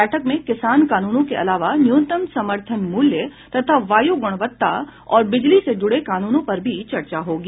बैठक में किसान कानूनों के आलावा न्यूनतम समर्थन मूल्य तथा वायू गुणवत्ता और बिजली से जुड़े कानूनों पर भी चर्चा होगी